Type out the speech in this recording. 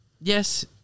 Yes